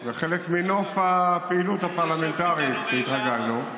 זה חלק מנוף הפעילות הפרלמנטרית שהתרגלנו.